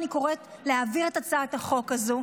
אני קוראת להעביר את הצעת החוק הזו.